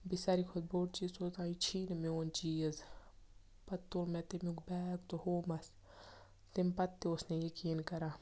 بیٚیہِ ساروی کھۄتہٕ بوٚڈ چیٖز سوزان یہِ چھی نہٕ میون چیٖز پَتہٕ تُل مےٚ تمیُک بیگ تہٕ ہومَس تمہِ پَتہٕ تہِ اوس نہٕ یقیٖن کَران